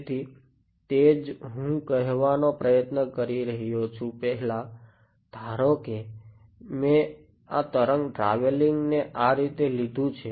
તેથી તે જ હું કહેવાનો પ્રયત્ન કરી રહ્યો છું પહેલા ધારો કે મેં આ તરંગ ટ્રાવેલિંગ ને આ રીતે લીધું છે